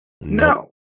No